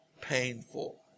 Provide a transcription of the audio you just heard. painful